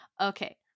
Okay